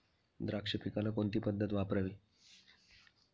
द्राक्ष पिकाला कोणती पद्धत वापरावी?